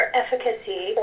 efficacy